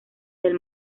del